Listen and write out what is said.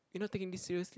you not taking this seriously